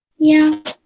yeah.